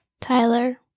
Tyler